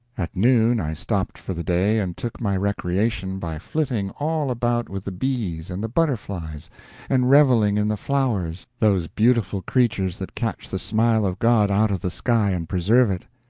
at noon i stopped for the day and took my recreation by flitting all about with the bees and the butterflies and reveling in the flowers, those beautiful creatures that catch the smile of god out of the sky and preserve it!